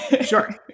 Sure